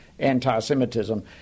anti-Semitism